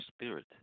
spirit